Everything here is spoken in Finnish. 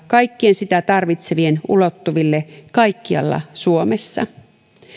kaikkien sitä tarvitsevien ulottuville kaikkialla suomessa